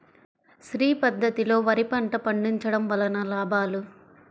శ్రీ పద్ధతిలో వరి పంట పండించడం వలన లాభాలు?